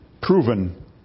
proven